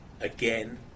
again